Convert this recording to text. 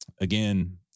again